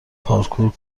پارکور